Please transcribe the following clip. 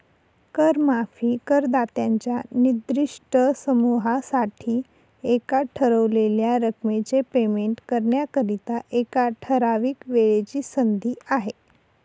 कर माफी करदात्यांच्या निर्दिष्ट समूहासाठी एका ठरवलेल्या रकमेचे पेमेंट करण्याकरिता, एका ठराविक वेळेची संधी आहे